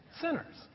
sinners